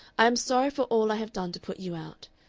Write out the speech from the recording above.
i am sorry for all i have done to put you out.